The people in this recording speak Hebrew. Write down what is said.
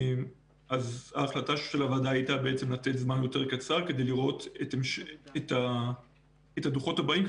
אז ההחלטה של הוועדה הייתה לתת זמן יותר קצר כדי לראות את הדוחות הבאים,